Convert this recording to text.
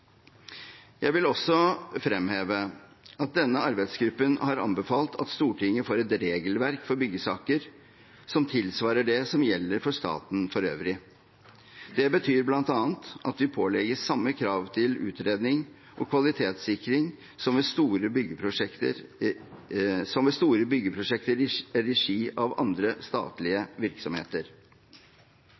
Jeg vil også fremheve at denne arbeidsgruppen har anbefalt at Stortinget får et regelverk for byggesaker som tilsvarer det som gjelder for staten for øvrig. Det betyr bl.a. at vi pålegges samme krav til utredning og kvalitetssikring som ved store byggeprosjekter i regi av andre statlige virksomheter.